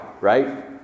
right